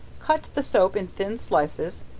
cut the soap in thin slices,